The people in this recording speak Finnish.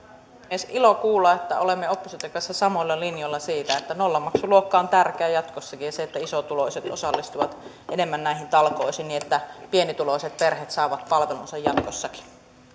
puhemies ilo kuulla että olemme opposition kanssa samoilla linjoilla siitä että nollamaksuluokka on tärkeä jatkossakin ja että isotuloiset osallistuvat enemmän näihin talkoisiin niin että pienituloiset perheet saavat palvelunsa jatkossakin